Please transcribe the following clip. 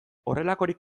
horrelakorik